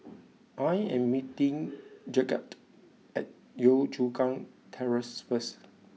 I am meeting Gidget at Yio Chu Kang Terrace first